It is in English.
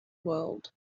world